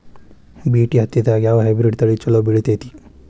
BT ಹತ್ತಿದಾಗ ಯಾವ hybrid ತಳಿ ಛಲೋ ಬೆಳಿತೈತಿ?